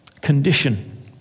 condition